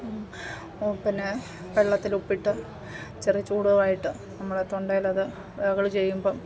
പിന്നെ വെള്ളത്തിൽ ഉപ്പിട്ട് ചെറുചൂടുമായിട്ട് നമ്മൾ തൊണ്ടയിലത് ഗാഗിള് ചെയ്യുമ്പം